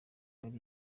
ari